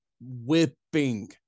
whipping